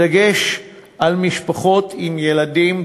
בדגש על משפחות עם ילדים צעירים,